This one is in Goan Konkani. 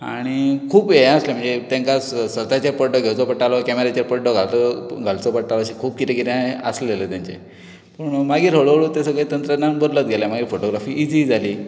आनी खूब हें आसलें म्हणजें तेंकां स सर्ताचे पड्डो घेवचो पडटालो कॅमेराचेर पड्डो घालतकू घालचो पडटालो अशें खूब कितें कितें आसललें तेंचें पूण मागीर हळू हळू तें सगळें तंत्रज्ञान बदलत गेलें मागीर फोटोग्राफी इझी जाली